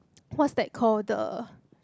what's that called the